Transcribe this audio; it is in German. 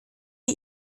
die